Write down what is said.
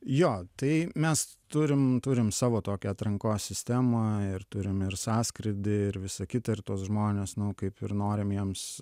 jo tai mes turim turim savo tokią atrankos sistemą ir turim ir sąskrydį ir visą kitą ir tuos žmones nu kaip ir norim jiems